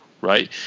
right